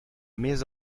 més